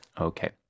Okay